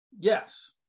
Yes